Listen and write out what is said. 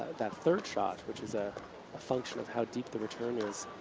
that third shot, which is a function of how deep the return is